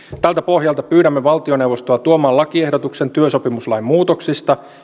tältä pohjalta pyydämme valtioneuvostoa tuomaan lakiehdotuksen työsopimuslain muutoksista